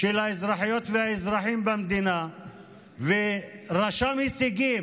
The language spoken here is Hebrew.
של האזרחיות והאזרחים במדינה ורשם הישגים,